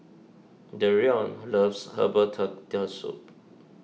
Dereon loves Herbal Turtle Soup